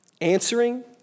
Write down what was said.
answering